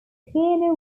piano